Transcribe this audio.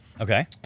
Okay